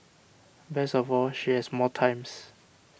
best of all she has more times